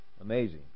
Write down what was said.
amazing